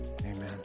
amen